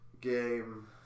game